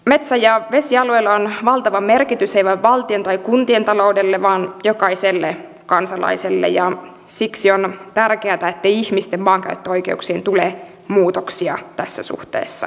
metsä ja vesialueilla on valtava merkitys ei vain valtion tai kuntien taloudelle vaan jokaiselle kansalaiselle ja siksi on tärkeätä ettei ihmisten maankäyttöoikeuksiin tule muutoksia tässä suhteessa